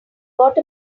got